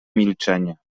milczenie